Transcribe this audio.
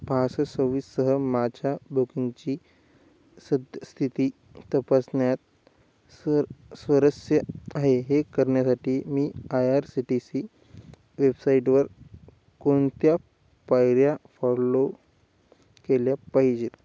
पासष्ट सव्वीससह माझ्या बोकिंगची सद्यस्थिती तपासण्यात सर स्वारस्य आहे हे करण्यासाठी मी I R C T C वेबसाईटवर कोणत्या पायऱ्या फॉलो केल्या पाहिजेत